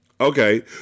Okay